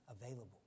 available